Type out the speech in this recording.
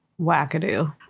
wackadoo